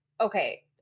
okay